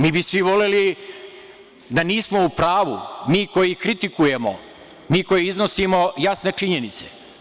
Mi bi svi voleli da nismo u pravu, mi koji kritikujemo, mi koji iznosimo jasne činjenice.